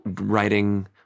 writing